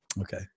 Okay